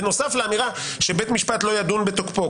בנוסף לאמירה שבית משפט לא ידון בתוקפו.